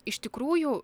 iš tikrųjų